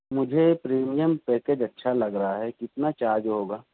مجھے premium package اچھا لگ رہا ہے کتنا چارج ہوگا